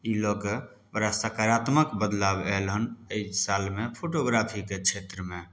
ई लए कऽ बड़ा सकारात्मक बदलाव आयल हन अइ सालमे फोटोग्राफीके क्षेत्रमे